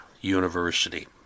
University